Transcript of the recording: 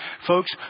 Folks